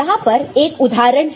यहां पर एक उदाहरण है